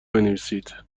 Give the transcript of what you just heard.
بنویسید